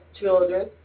children